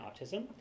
autism